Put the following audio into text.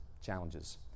challenges